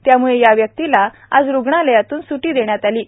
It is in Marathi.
त्यामुळे या व्यक्तीला आज रुग्णालयातून सुट्टी देण्यात येणार आहे